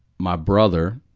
my brother,